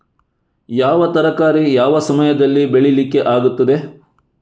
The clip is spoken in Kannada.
ಯಾವ ತರಕಾರಿ ಯಾವ ಸಮಯದಲ್ಲಿ ಬೆಳಿಲಿಕ್ಕೆ ಆಗ್ತದೆ?